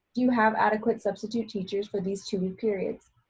do you have adequate substitute teachers for these two week periods?